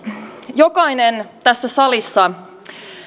jokainen tässä salissa